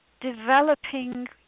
developing